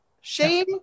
shame